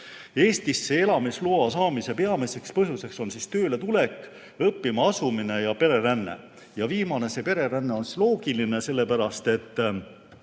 Eestisse elamisloa saamise peamiseks põhjuseks on tööletulek, õppima asumine ja pereränne. Ja viimane, see pereränne on loogiline, sellepärast et